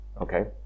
okay